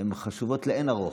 הן חשובות לאין ערוך,